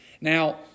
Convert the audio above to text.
Now